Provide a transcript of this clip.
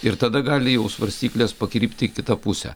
ir tada gali jau svarstyklės pakrypti į kitą pusę